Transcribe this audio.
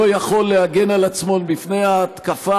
לא יכול להגן על עצמו מפני ההתקפה